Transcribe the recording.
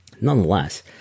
Nonetheless